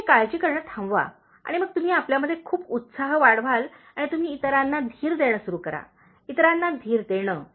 तुम्ही काळजी करणे थांबवा आणि मग तुम्ही आपल्यामध्ये खूप उत्साह वाढवाल आणि तुम्ही इतरांना धीर देणे सुरु करा इतराना धीर देणे